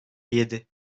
yedi